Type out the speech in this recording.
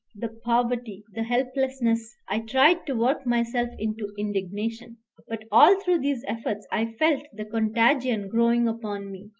the poverty, the helplessness. i tried to work myself into indignation but all through these efforts i felt the contagion growing upon me,